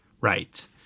Right